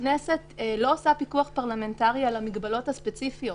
הכנסת לא עושה פיקוח פרלמנטרי על המגבלות הספציפיות,